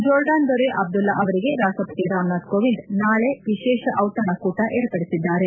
Jordan ದೊರೆ Abdullah ಅವರಿಗೆ ರಾಷ್ಟ್ರಪತಿ ರಾಮನಾಥ್ ಕೋವಿಂದ್ ನಾಳೆ ವಿಶೇಷ ಔತಣ ಕೂಟ ಏರ್ಪದಿಸಿದ್ದಾರೆ